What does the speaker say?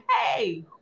hey